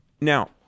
Now